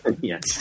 yes